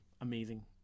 amazing